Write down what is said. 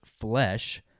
flesh